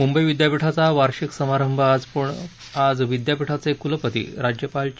मुंबई विद्यापीठाचा वार्षिक समारंभ आज विद्यापीठाचे कुलपती राज्यपाल चे